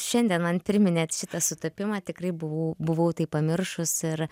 šiandien man priminėt šitą sutapimą tikrai buvau buvau tai pamiršus ir